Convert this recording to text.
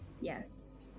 yes